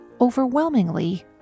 overwhelmingly